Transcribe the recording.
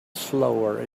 slower